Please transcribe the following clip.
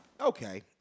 Okay